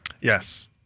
Yes